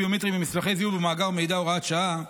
ביומטריים במסמכי זיהוי ובמאגר מידע (הוראת שעה)